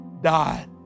died